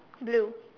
blue